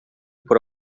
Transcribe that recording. por